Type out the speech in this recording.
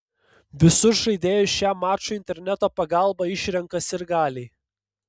visus žaidėjus šiam mačui interneto pagalba išrenka sirgaliai